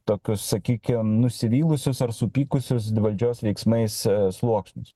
tokius sakykim nusivylusius ar supykusius valdžios veiksmais sluoksnius